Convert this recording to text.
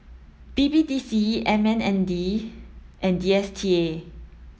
B B D C M M N D and D S T A